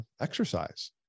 exercise